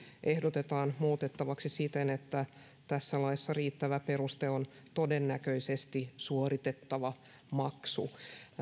ehdotetaan muutettavaksi siten että tässä laissa riittävä peruste on todennäköisesti suoritettava maksu